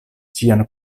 ĉian